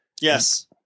Yes